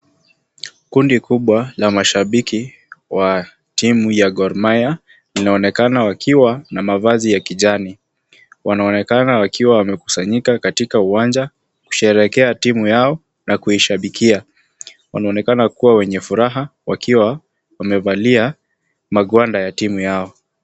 Kundi kubwa la mashabiki wa timu ya Gor Mahia linaonekana wakiwa na mavazi ya kijani. Wanaonekana wakiwa wamekusanyika katika uwanja kusherehekea timu yao na kuishabikia. Wanaonekana kuwa wenye furaha wakiwa wamevalia magwanda ya timu yao.